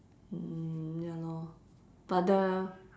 mm ya lor but the